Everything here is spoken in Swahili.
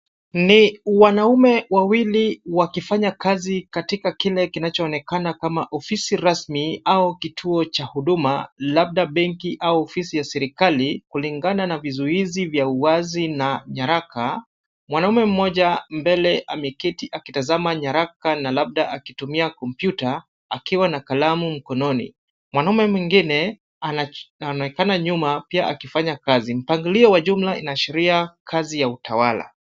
Ni, wanaume wawili wakifanya kazi katika kile kinachoonekana kama ofisi rasmi au kituo cha huduma, labda benki au ofisi ya serikali kulingana na vizuizi vya uwazi na nyaraka. Mwanaume mmoja mbele ameketi akitazama nyaraka na labda akitumia kompyuta, akiwa na kalamu mkononi. Mwanamume mwingine anaonekana nyuma pia akifanya kazi. Mpangilio wa jumla inaashiria kazi ya utawala.